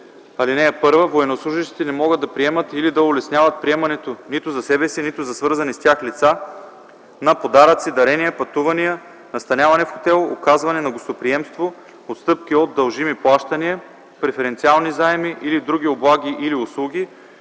Чл. 188б. (1) Военнослужещите не могат да приемат или да улесняват приемането нито за себе си, нито за свързани с тях лица на подаръци, дарения, пътувания, настаняване в хотел, оказване на гостоприемство, отстъпки от дължими плащания, преференциални заеми или други облаги или услуги,